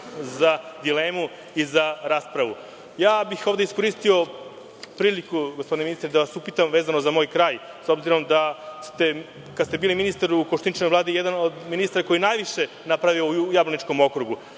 za dilemu i za raspravu. Ovde bih iskoristio priliku gospodine ministre da vas upitam, vezano za moj kraj, s obzirom kad ste bili ministar u Koštuničinoj vladi jedan od ministara koji je najviše napravio u Jablaničkom okrugu.